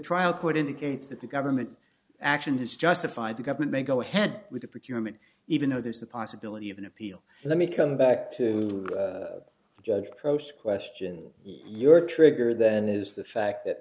trial court indicates that the government action is justified the government may go ahead with the procurement even though there's the possibility of an appeal let me come back to judge approached question your trigger then is the fact that